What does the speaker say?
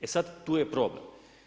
E sad, tu je problem.